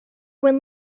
when